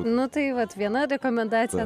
nu tai vat viena rekomendacija